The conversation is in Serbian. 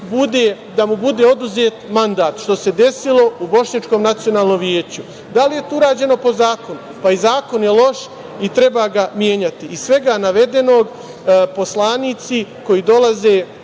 bude oduzet mandat, što se desilo u Bošnjačkom nacionalnom veću? Da li je to urađeno po zakonu? Pa i zakon je loš i treba ga menjati. Iz svega navedenog poslanici koji dolaze